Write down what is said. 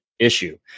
issue